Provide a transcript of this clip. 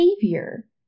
behavior